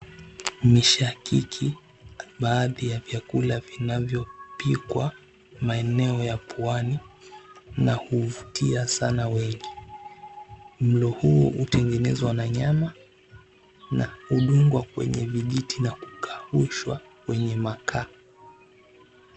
Mishakiki ni baadhi ya vyakula vinavyopikwa maeneo ya Pwani na h𝑢vutia sana wengi. Mlo huu hutengenezwa na nyama na hudungwa kwenye vijiti na kukaushwa kwenye makaa.